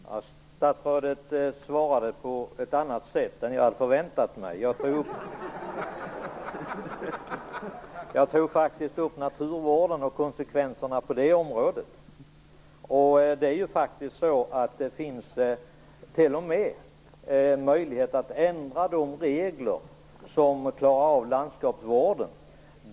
Herr talman! Statsrådet svarade på ett annat sätt än jag hade förväntat mig. Jag tog faktiskt upp naturvården och konsekvenserna på det området. Det finns t.o.m. möjlighet att ändra de regler som gäller landskapsvården.